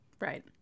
Right